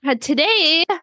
today